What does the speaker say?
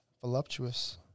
voluptuous